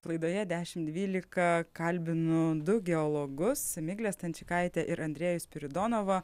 laidoje dešim dvylika kalbinu du geologus miglę stančikaitę ir andrejų spiridonovą